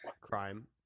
crime